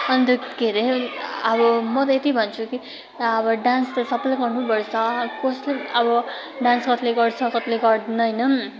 अन्त के हरे अब म त यति भन्छु कि अब डान्स त सबैले गर्नै पर्छ कसले अब डान्स कतिले गर्छ कतिले गर्दैन होइन